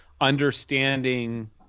understanding